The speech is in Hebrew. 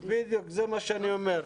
זה מה שאני אומר.